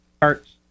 parts